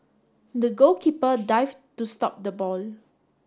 the goalkeeper dived to stop the ball